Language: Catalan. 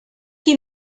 qui